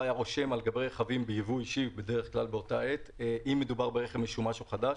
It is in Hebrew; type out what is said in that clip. היה רושם על רכבים בייבוא אישי אם מדובר ברכב משומש או חדש.